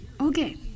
Okay